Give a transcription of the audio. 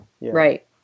Right